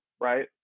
right